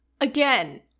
Again